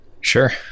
Sure